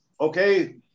okay